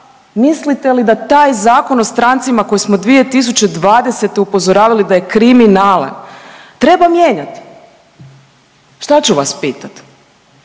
Mislite li da taj Zakon o strancima koji smo 2020. upozoravali da je kriminalan, treba mijenjat? Šta ću vas pitat